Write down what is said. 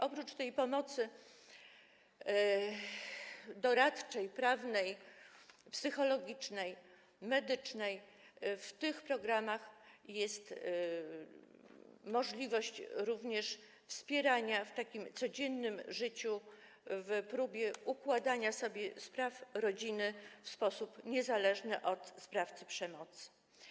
Oprócz pomocy doradczej, prawnej, psychologicznej, medycznej w ramach tych programów jest również możliwość wspierania w takim codziennym życiu, w próbie układania sobie spraw rodzinnych w sposób niezależny od sprawcy przemocy.